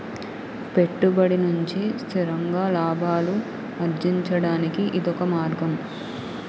పెట్టుబడి నుంచి స్థిరంగా లాభాలు అర్జించడానికి ఇదొక మార్గం